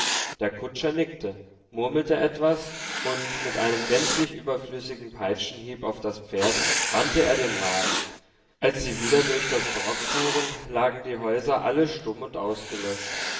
der kutscher nickte murmelte etwas und mit einem gänzlich überflüssigen peitschenhieb auf das pferd wandte er den wagen als sie wieder durch das dorf fuhren lagen die häuser alle stumm und ausgelöscht